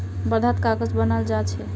वर्धात कागज बनाल जा छे